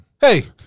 Hey